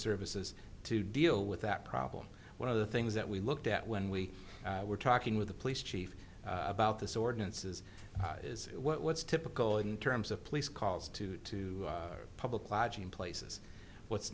services to deal with that problem one of the things that we looked at when we were talking with the police chief about this ordinances is what's typical in terms of police calls to two public lodging places what's